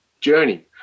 journey